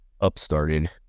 upstarted